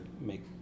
make